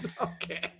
okay